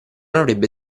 avrebbe